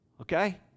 Okay